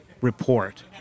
report